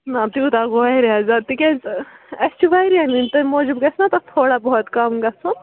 نہَ تیٛوٗتاہ گوٚو وارِیاہ زیادٕ تِکیٛازِ اَسہِ چھِ وارِیاہ نِنۍ تَمہِ موٗجوٗب گژھِنا تَتھ تھوڑا بہت کَم گَژھُن